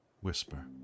whisper